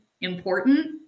important